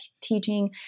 teaching